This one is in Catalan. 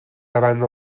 davant